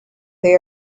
they